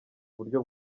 buryo